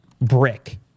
brick